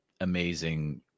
amazing